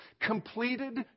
completed